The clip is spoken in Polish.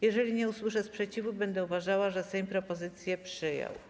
Jeżeli nie usłyszę sprzeciwu, będę uważała, że Sejm propozycję przyjął.